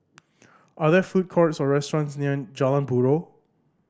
are there food courts or restaurants near Jalan Buroh